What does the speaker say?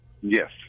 Yes